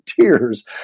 tears